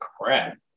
crap